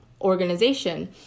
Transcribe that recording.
organization